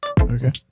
Okay